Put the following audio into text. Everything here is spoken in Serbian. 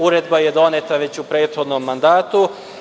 Uredba je doneta u prethodnom mandatu.